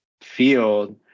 field